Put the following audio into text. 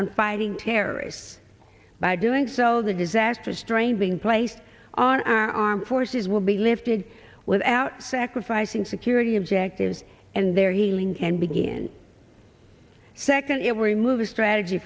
on fighting terrorists by doing so the disastrous training placed on our armed forces will be lifted without sacrificing security objectives and their healing and begin second every move a strategy